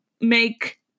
make